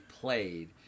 played